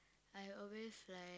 I always like